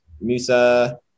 Musa